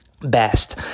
best